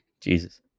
Jesus